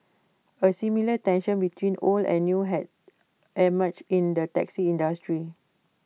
A similar tension between old and new has emerged in the taxi industry